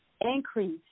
increase